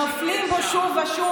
יכול להית שהיא מזמן לא הייתה בפריפריה.